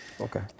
Okay